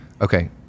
Okay